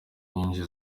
nyinshi